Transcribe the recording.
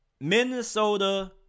Minnesota